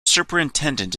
superintendent